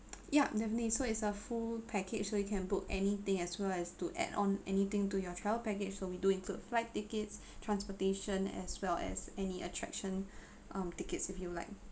yup definitely so it's a full package so you can book anything as well as to add on anything to your travel package so we do include flight tickets transportation as well as any attraction um tickets if you like